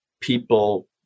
people